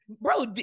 Bro